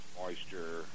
moisture